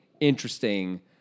interesting